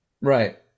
Right